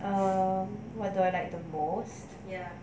err what do I like the most